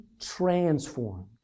transformed